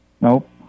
Nope